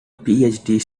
phd